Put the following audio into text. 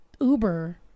Uber